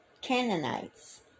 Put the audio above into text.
Canaanites